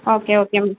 okay okay ma'am